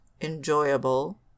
enjoyable